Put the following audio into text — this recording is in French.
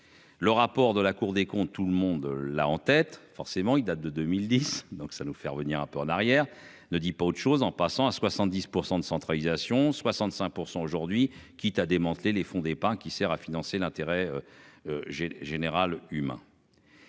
Le rapport de la Cour des comptes, tout le monde là en tête, forcément il date de 2010 donc ça nous fait revenir un peu en arrière ne dit pas autre chose en passant à 70% de centralisation 65% aujourd'hui, quitte à démanteler les fonds d'épargne qui sert à financer l'intérêt. J'ai général humain.